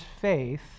faith